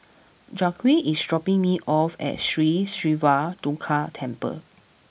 Jacque is dropping me off at Sri Siva Durga Temple